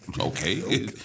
Okay